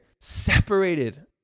separated